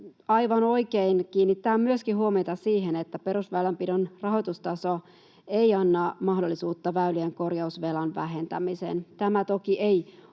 aivan oikein kiinnittää myöskin huomiota siihen, että perusväylänpidon rahoitustaso ei anna mahdollisuutta väylien korjausvelan vähentämiseen. Tämä toki ei